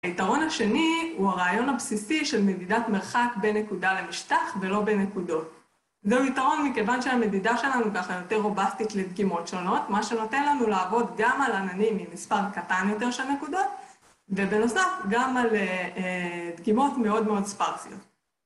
היתרון השני הוא הרעיון הבסיסי של מדידת מרחק בין נקודה למשטח ולא בין נקודות זהו יתרון מכיוון שהמדידה שלנו היא ככה יותר רובסטית לדגימות שונות מה שנותן לנו לעבוד גם על עננים עם מספר קטן יותר של נקודות ובנוסף גם על דגימות מאוד מאוד ספארסיות